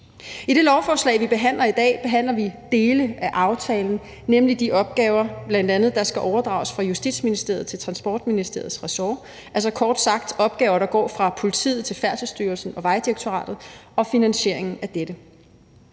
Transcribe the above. I det lovforslag, vi behandler her, behandler vi dele af aftalen, nemlig bl.a. de opgaver, der skal overdrages fra Justitsministeriets ressort til Transportministeriets ressort, altså kort sagt opgaver, der går fra politiet til Færdselsstyrelsen og Vejdirektoratet, og finansieringen af dette.